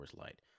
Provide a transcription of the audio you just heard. Light